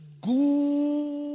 good